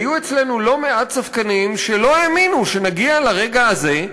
היו אצלנו לא מעט ספקנים שלא האמינו שנגיע לרגע הזה,